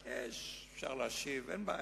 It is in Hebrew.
אפשר להשיב, אין בעיה.